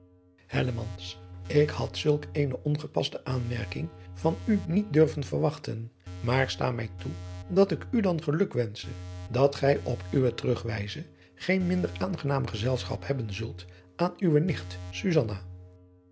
ik had zulk eene ongepaste aanmerking van u niet durven verwachten maar sta mij toe dat ik u dan geluk wensche dat gij op uwe terugreize geen minder aangenaam gezelschap hebben zult aan uwe